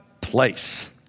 place